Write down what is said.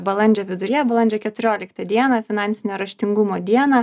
balandžio viduryje balandžio keturioliktą dieną finansinio raštingumo dieną